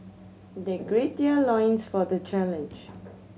they gird their loins for the challenge